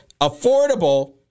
affordable